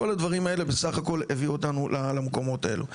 כל הדברים האלה בסך הכל הביאו אותנו למקומות האלה.